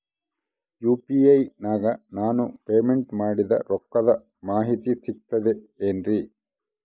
UPI ನಾಗ ನಾನು payment ಮಾಡಿದ ರೊಕ್ಕದ ಮಾಹಿತಿ ಸಿಕ್ತದೆ ಏನ್ರಿ?